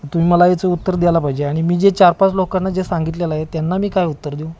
तुम्ही मला याचं उत्तर द्यायला पाहिजे आणि मी जे चार पाच लोकांना जे सांगितलेलं आहे त्यांना मी काय उत्तर देऊ